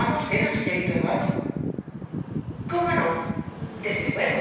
ama usted al señorito eduardo cómo no desde luego